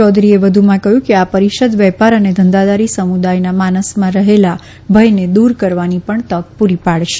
ચૌધરીએ વધુમાં કહયું કે આ પરિષદ વેપાર અને ધંધાદારી સમુદાયના માનસમાં રહેલા ભયને દુર કરવાની પણ તક પુરી પાડશે